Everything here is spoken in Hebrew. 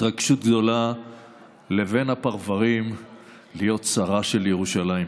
התרגשות גדולה לבן הפרברים להיות שרה של ירושלים.